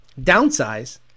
downsize